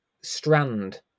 strand